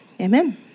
Amen